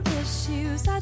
issues